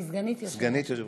סליחה.